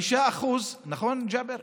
נכון, ג'אבר?